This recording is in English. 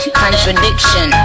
contradiction